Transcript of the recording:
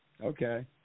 Okay